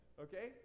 Okay